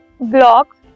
blocks